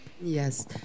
Yes